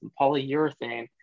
polyurethane